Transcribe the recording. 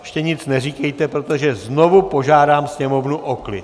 Ještě nic neříkejte, protože znovu požádám sněmovnu o klid.